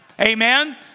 amen